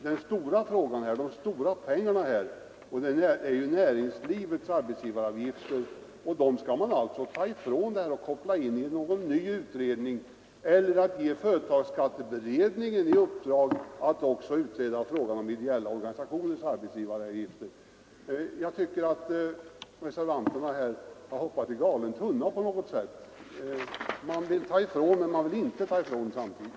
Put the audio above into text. Den stora frågan och de stora pengarna gäller dock näringslivets arbetsgivaravgifter, och den frågan skulle alltså kopplas bort från företagsskatteberedningen och tas in i någon ny utredning eller också skulle man ge företagsskatteberedningen i uppdrag att även utreda frågan om ideella organisationers arbetsgivaravgifter. Jag tycker reservanterna har hoppat i galen tunna. Man vill ta ifrån utredningen uppgifter, men samtidigt vill man det inte.